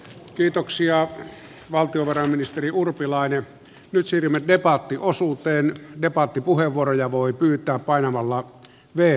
kiitoksia valtiovarainministeri urpilainen pysyvimmät debattiosuuteen debattipuheenvuoroja voi pyytää painamalla vei